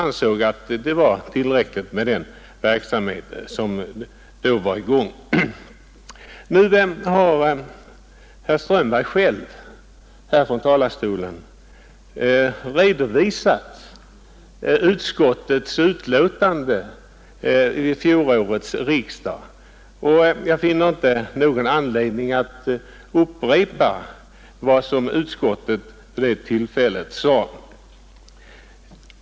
Nu har herr Strömberg själv här från talarstolen redovisat utskottets betänkande vid fjolårets riksdag, och jag finner inte någon anledning att upprepa vad vi vid det tillfället sade.